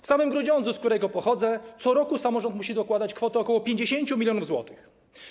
W samym Grudziądzu, z którego pochodzę, co roku samorząd musi dokładać kwotę ok. 50 mln zł.